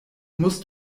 musst